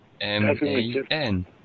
M-A-N